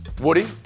Woody